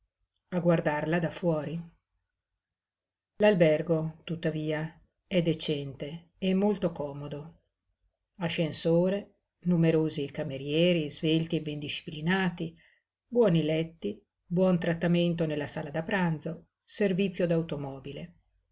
a guardarla da fuori l'albergo tuttavia è decente e molto comodo ascensore numerosi camerieri svelti e ben disciplinati buoni letti buon trattamento nella sala da pranzo servizio d'automobile